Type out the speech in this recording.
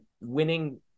winning